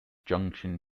junction